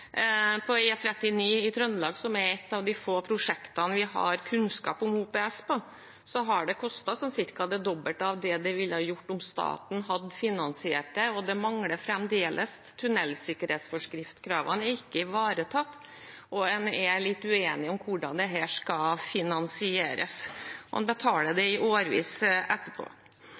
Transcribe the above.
På E39 i Trøndelag, som er et av de få prosjektene der vi har kunnskap om OPS, har det kostet ca. det dobbelte av det det ville gjort om staten hadde finansiert det. Tunnelsikkerhetsforskriftene er ikke ivaretatt, og en er litt uenige om hvordan dette skal finansieres. En betaler på det i årevis etterpå.